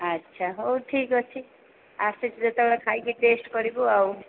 ଆଚ୍ଛା ହଉ ଠିକ୍ ଅଛି ଆସିଛି ଯେତେବେଳେ ଖାଇକି ଟେଷ୍ଟ୍ କରିବୁ ଆଉ